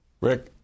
Rick